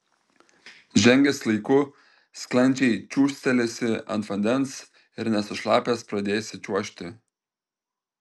žengęs laiku sklandžiai čiūžtelėsi ant vandens ir nesušlapęs pradėsi čiuožti